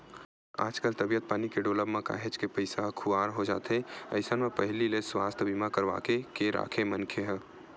आजकल तबीयत पानी के डोलब म काहेच के पइसा ह खुवार हो जाथे अइसन म पहिली ले सुवास्थ बीमा करवाके के राखे मनखे ह